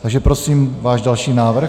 Takže prosím váš další návrh.